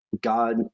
God